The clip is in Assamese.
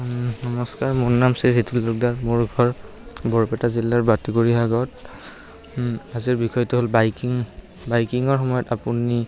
নমস্কাৰ মোৰ নাম শ্ৰী হেতুক তালুকদাৰ মোৰ ঘৰ বৰপেটা জিলাৰ বাাটগুৰি সাগত আজিৰ বিষয়টো হ'ল বাইকিং বাইকিঙৰ সময়ত আপুনি